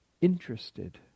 Interested